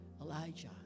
Elijah